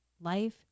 life